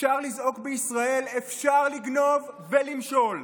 אפשר לזעוק בישראל: אפשר לגנוב ולמשול.